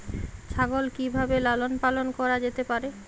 ছাগল কি ভাবে লালন পালন করা যেতে পারে?